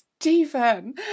Stephen